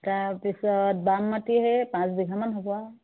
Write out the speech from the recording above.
তাৰপিছত বাম মাটি সেই পাঁচ বিঘামান হ'ব আৰু